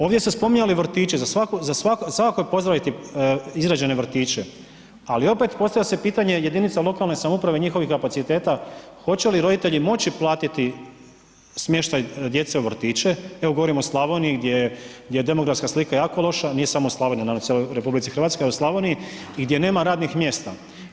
Ovdje ste spominjali vrtiće, za svakako je pozdraviti izgrađene vrtiće, ali opet postavlja se pitanje jedinica lokalne samouprave i njihovih kapaciteta hoće li roditelji moći platiti smještaj djece u vrtiće, evo govorim o Slavoniji gdje je demografska slika jako loša, nije samo u Slavoniji, naravno i u cijeloj RH, al i u Slavoniji gdje nema radnih mjesta.